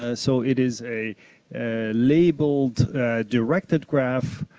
ah so it is a labeled directed graph,